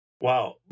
Wow